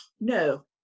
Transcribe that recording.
No